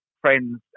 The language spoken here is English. friends